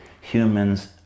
Humans